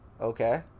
Okay